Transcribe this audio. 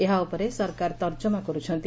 ଏହା ଉପରେ ସରକାର ତର୍କମା କରୁଛନ୍ତି